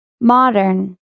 Modern